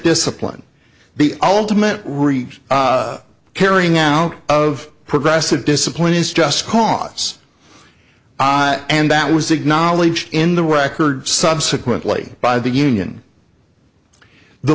discipline the ultimate reach carrying out of progressive discipline is just cause and that was acknowledged in the record subsequently by the union the